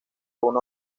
una